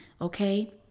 Okay